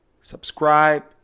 subscribe